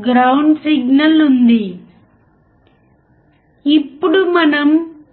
మనమందరం దీనిని అధ్యయనం చేసాము